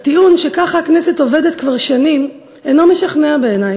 הטיעון שככה הכנסת עובדת כבר שנים אינו משכנע בעיני.